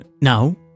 now